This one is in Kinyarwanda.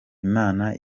imana